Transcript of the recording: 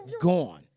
gone